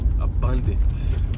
Abundance